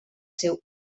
seu